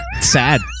sad